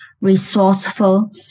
resourceful